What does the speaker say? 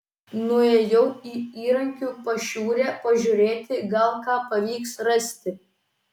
nuėjau į įrankių pašiūrę pažiūrėti gal ką pavyks rasti